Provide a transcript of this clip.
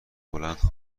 بلند